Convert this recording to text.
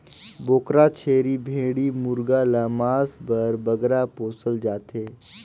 बोकरा, छेरी, भेंड़ी मुरगा ल मांस बर बगरा पोसल जाथे